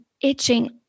itching